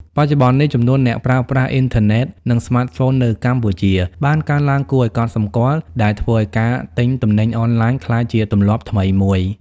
បច្ចុប្បន្ននេះ ចំនួនអ្នកប្រើប្រាស់អ៊ីនធឺណិត និងស្មាតហ្វូននៅកម្ពុជាបានកើនឡើងគួរឱ្យកត់សម្គាល់ ដែលធ្វើឱ្យការទិញទំនិញអនឡាញក្លាយជាទម្លាប់ថ្មីមួយ។